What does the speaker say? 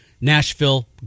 nashville